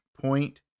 point